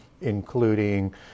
including